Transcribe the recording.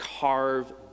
carve